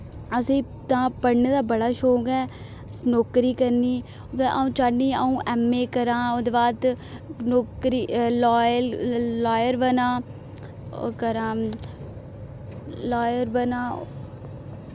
असें ई तां पढ़ने दा बड़ा शौंक ऐ नौकरी करनी ते अ'ऊं चाह्न्नी अ'ऊं ऐम्मए करै ओह्दे बाद नौकरी लायल ल लायर बनां ओ करां लायर बनां